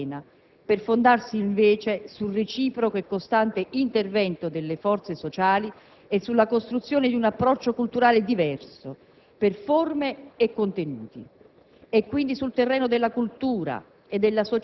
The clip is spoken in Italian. si avvalga di strumenti diversi dal diritto e dalla pena, per fondarsi invece sul reciproco e costante intervento delle forze sociali e sulla costruzione di un approccio culturale diverso, per forme e contenuti.